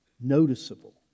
noticeable